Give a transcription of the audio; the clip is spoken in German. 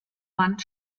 wand